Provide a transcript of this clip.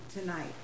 tonight